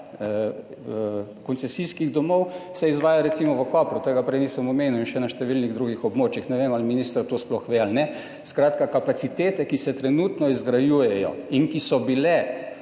koncesijskih domov, ki se izvaja, se izvaja recimo v Kopru, tega prej nisem omenil, in še na številnih drugih območjih. Ne vem, ali minister to sploh ve ali ne. Skratka, kapacitete, ki se trenutno izgrajujejo in ki so bile